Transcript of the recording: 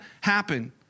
happen